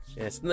yes